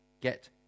get